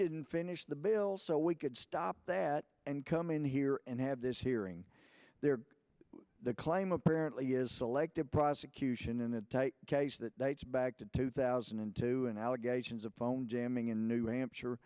didn't finish the bill so we could stop that and come in here and have this hearing there the claim apparently is selective prosecution in a case that dates back to two thousand and two and allegations of phone jamming in new hampshire